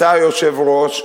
אתה היושב-ראש,